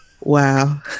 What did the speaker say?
Wow